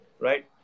right